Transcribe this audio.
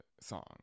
song